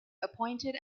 appointed